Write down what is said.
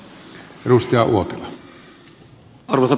arvoisa puhemies